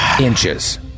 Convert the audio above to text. Inches